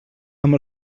amb